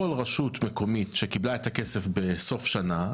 כל רשות מקומית שקיבלה את הכסף בסוף שנה,